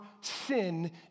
sin